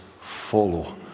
follow